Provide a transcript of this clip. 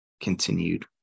continued